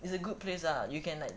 it's a good place ah you can like